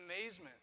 amazement